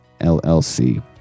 LLC